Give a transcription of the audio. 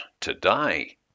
today